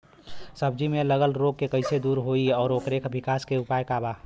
सब्जी में लगल रोग के कइसे दूर होयी और ओकरे विकास के उपाय का बा?